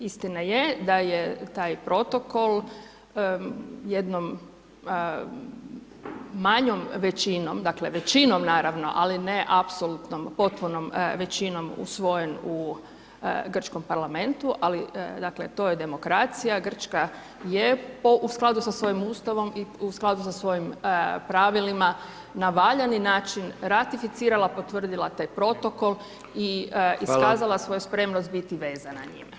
Istina je da je taj protokol jednom manjom većinom, dakle većinom naravno, ali ne apsolutnom, potpunom većinom usvojen u grčkom parlamentu, ali to je dakle, demokracija, Grčka je u skladu sa svojim Ustavom i u skladu sa svojim pravilima na valjani način ratificirala, potvrdila taj protokol i [[Upadica: Hvala.]] iskazala svoju spremnost biti vezana njime.